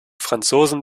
franzosen